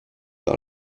par